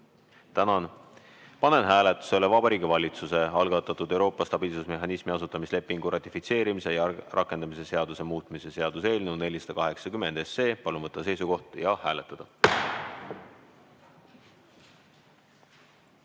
Tänan! Panen hääletusele Vabariigi Valitsuse algatatud Euroopa stabiilsusmehhanismi asutamislepingu ratifitseerimise ja rakendamise seaduse muutmise seaduse eelnõu 480. Palun võtta seisukoht ja hääletada!